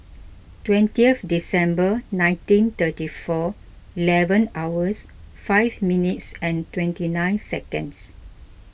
twentieth December nineteen thirty four eleven hours five minutes twenty nine seconds